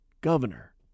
governor